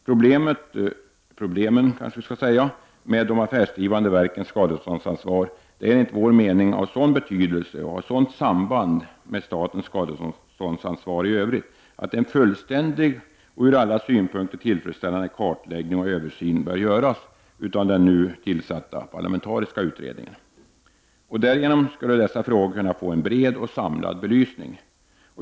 Problemen med de affärsdrivande verkens skadeståndsansvar är enligt vår mening av sådan betydelse och har ett sådant samband med statens skadeståndsansvar i övrigt att en fullständig och från alla synpunkter tillfredsställande kartläggning och översyn bör göras av den nu tillsatta parlamentariska utredningen. Därigenom skulle dessa frågor kunna få en bred och samlad belysning.